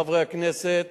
חברי הכנסת.